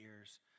ears